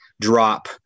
drop